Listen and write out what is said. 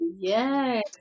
Yes